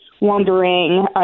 wondering